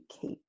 keep